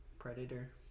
predator